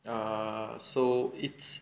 ya so it's